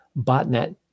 botnet